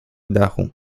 dachu